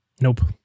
Nope